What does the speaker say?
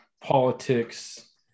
politics